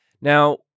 Now